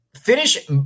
finish